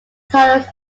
tunnels